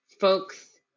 folks